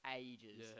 ages